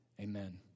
amen